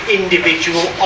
individual